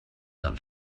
del